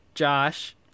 Josh